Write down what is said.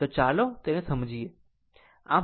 તો ચાલો તેને સમજાવું